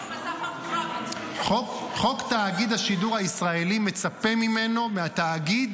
חוק תאגיד השידור הישראלי מצפה מהתאגיד